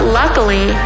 luckily